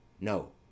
no